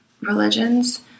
religions